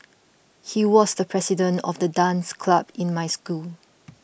he was the president of the dance club in my school